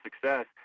success